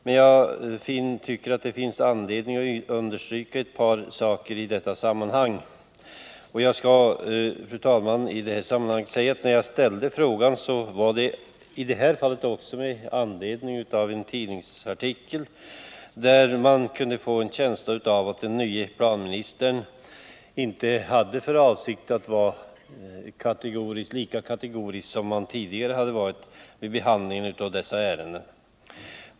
Men jag tycker det finns anledning att understryka ett par saker i detta sammanhang. När jag ställde frågan, så var det också i detta fall med anledning av en tidningsartikel av vilken man kunde få en känsla av att den nye planministern inte hade för avsikt att vara lika kategorisk som man tidigare hade varit vid behandlingen av dessa ärenden.